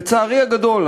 לצערי הגדול,